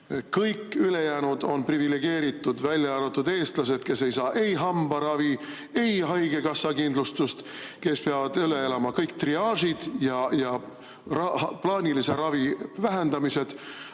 Kõik ülejäänud on privilegeeritud, välja arvatud eestlased, kes ei saa ei hambaravi ega haigekassa kindlustust ning kes peavad üle elama kõik triaažid ja plaanilise ravi vähendamised.